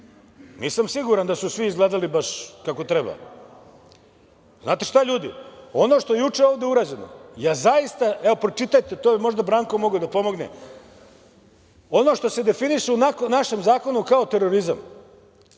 Nisam siguran da su svi izgledali baš kako treba. Znate šta, ljudi, ono što je juče ovde urađeno, ja zaista, evo pročitajte, to je možda Branko mogao da pomogne, ono što se definiše u našem zakonu kao terorizam,